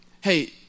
hey